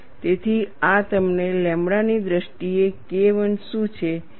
તેથી આ તમને લેમ્બડા ની દ્રષ્ટિએ KI શું છે